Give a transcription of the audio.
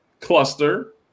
cluster